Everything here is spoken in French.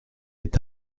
est